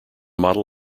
model